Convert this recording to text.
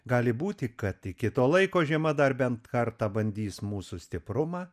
gali būti kad iki to laiko žiema dar bent kartą bandys mūsų stiprumą